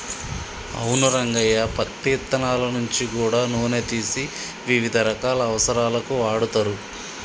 అవును రంగయ్య పత్తి ఇత్తనాల నుంచి గూడా నూనె తీసి వివిధ రకాల అవసరాలకు వాడుతరు